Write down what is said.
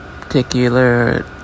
particular